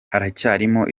haracyarimo